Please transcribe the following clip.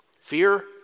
Fear